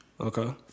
Okay